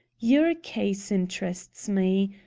your case interests me.